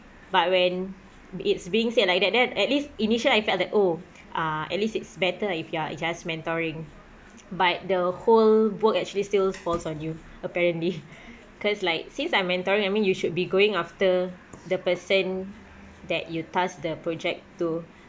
but when it's being said like that then at least initial I felt that oh uh at least it's better if you are just mentoring but the whole work actually still falls on you apparently because like since I'm mentoring I mean you should be going after the person that you tasked the project to